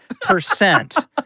percent